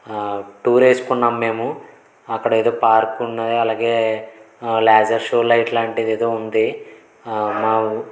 tour వేసుకున్నాం మేము అక్కడ ఏదో పార్క్ ఉన్నది అలాగే లేజర్ షో లైట్ లాంటిది ఏదో ఉంది మా ఊరు